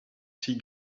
sea